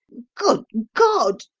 good god!